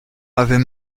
avait